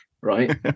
right